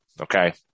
Okay